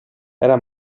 era